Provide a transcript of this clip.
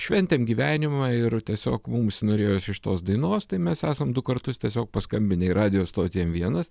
šventėm gyvenimą ir tiesiog mums norėjosi iš tos dainos tai mes esam du kartus tiesiog paskambinę į radijo stotį m vienas